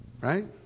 Right